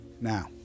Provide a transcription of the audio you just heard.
Now